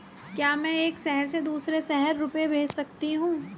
क्या मैं एक शहर से दूसरे शहर रुपये भेज सकती हूँ?